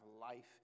life